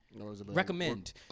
Recommend